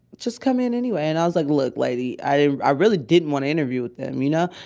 just come in anyway. and i was like, look, lady, i didn't, i really didn't want to interview with them, you know,